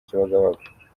kibagabaga